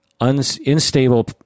unstable